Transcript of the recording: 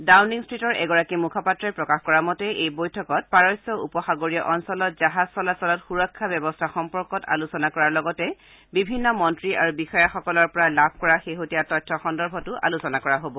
Downing ষ্টীটৰ এগৰাকী মুখপাত্ৰই প্ৰকাশ কৰা মতে এই বৈঠকত পাৰস্য উপসাগৰীয় অঞ্চলত জাহাজ চলাচলত সুৰক্ষা ব্যৱস্থা সম্পৰ্কত আলোচনা কৰাৰ লগতে বিভিন্ন মন্ত্ৰী আৰু বিষয়াসকলৰ পৰা লাভ কৰা শেহতীয়া তথ্য সন্দৰ্ভতো আলোচনা কৰা হ'ব